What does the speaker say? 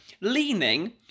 leaning